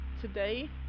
Today